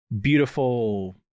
beautiful